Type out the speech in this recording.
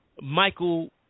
Michael